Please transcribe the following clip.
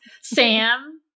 Sam